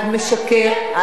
את משקרת.